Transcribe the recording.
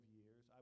years